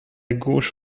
gauche